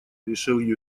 решил